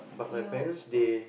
you o~